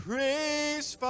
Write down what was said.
Praise